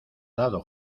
dado